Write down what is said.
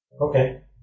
Okay